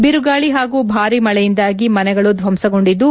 ಬಿರುಗಾಳಿ ಹಾಗೂ ಭಾರೀ ಮಳೆಯಿಂದಾಗಿ ಮನೆಗಳು ಧ್ವಂಸಗೊಂಡಿದ್ದು